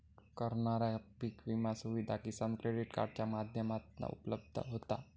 करणाऱ्याक पीक विमा सुविधा किसान क्रेडीट कार्डाच्या माध्यमातना उपलब्ध होता